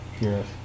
Yes